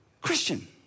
Christian